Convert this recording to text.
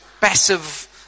passive